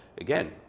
again